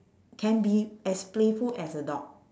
can be as playful as a dog